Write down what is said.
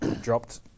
dropped